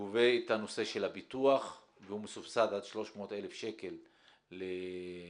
גובה את הנושא של הפיתוח והוא מסובסד 90% עד 300,000 שקל ליחידה,